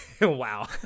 Wow